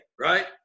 right